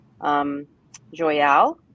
Joyal